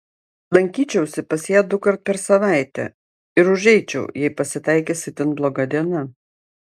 lankyčiausi pas ją dukart per savaitę ir užeičiau jei pasitaikys itin bloga diena